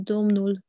Domnul